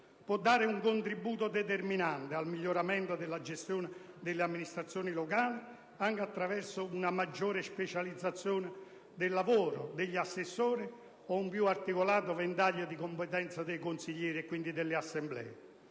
può dare un contributo determinante al miglioramento della gestione delle amministrazioni locali, anche attraverso una maggiore specializzazione del lavoro assessori e un più articolato ventaglio di competenza dei consiglieri, quindi delle assemblee.